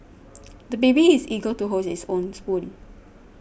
the baby is eager to hold his own spoon